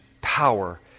power